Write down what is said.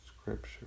scripture